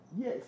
Yes